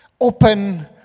Open